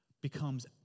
Becomes